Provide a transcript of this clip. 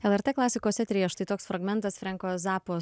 lrt klasikos eteryje štai toks fragmentas franko zappos